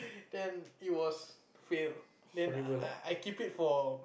then it was fail then I I I keep it for